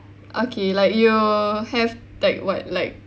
okay like you have like what like